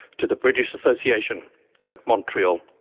to the british association at montreal.